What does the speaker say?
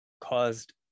caused